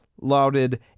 lauded